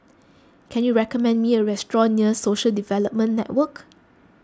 can you recommend me a restaurant near Social Development Network